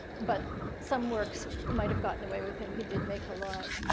but some works might have gotten away with him he did make a lot.